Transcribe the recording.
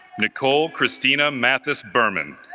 nicole christina mathis berman